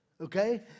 okay